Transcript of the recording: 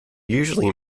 usually